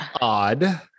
odd